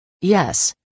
Yes